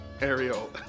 Ariel